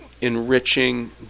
enriching